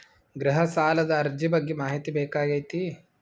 ಗೃಹ ಸಾಲದ ಅರ್ಜಿ ಬಗ್ಗೆ ಮಾಹಿತಿ ಬೇಕಾಗೈತಿ?